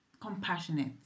compassionate